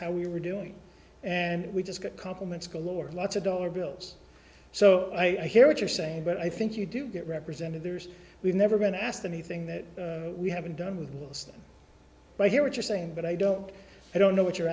how we were doing and we just got compliments galore lots of dollar bills so i hear what you're saying but i think you do get represented there's we've never been asked anything that we haven't done with my hear what you're saying but i don't i don't know what you're